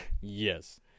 Yes